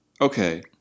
Okay